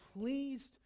pleased